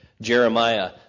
Jeremiah